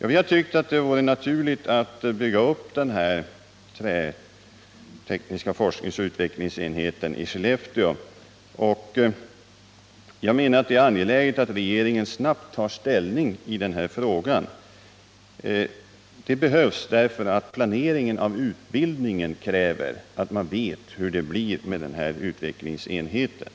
Vi har tyckt att det vore naturligt att bygga upp denna trätekniska forskningsoch utvecklingsenhet i Skellefteå. Jag menar att det är angeläget att regeringen snabbt tar ställning i den här frågan. Det behövs, därför att planeringen av utbildningen kräver att man vet hur det blir med den här utvecklingsenheten.